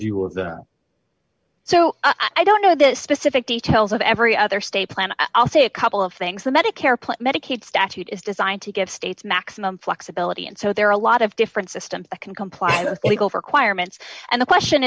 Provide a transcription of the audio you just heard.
view of the so i don't know the specific details of every other state plan i'll say a couple of things the medicare plan medicaid statute is designed to give states maximum flexibility and so there are a lot of different systems can comply with legal requirements and the question